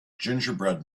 gingerbread